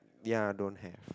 ya don't have